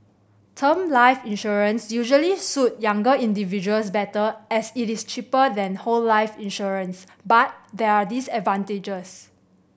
term life insurance usually suit younger individuals better as it is cheaper than whole life insurance but there are disadvantages